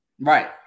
Right